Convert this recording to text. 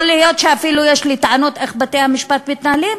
יכול להיות שאפילו יש לי טענות איך בתי-המשפט מתנהלים,